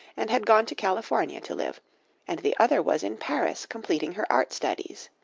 and had gone to california to live and the other was in paris completing her art studies.